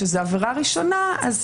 שזאת עבירה ראשונה שלו,